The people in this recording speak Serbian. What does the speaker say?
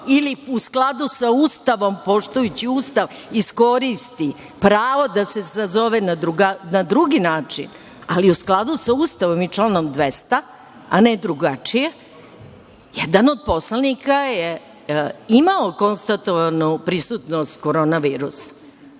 ili u skladu sa Ustavom, poštujući Ustav, iskoristi pravo da se sazove na drugi način, ali u skladu sa Ustavom i članom 200, a ne drugačije, jedan od poslanika je imao konstatovanu prisutnost korona virusa. Jeste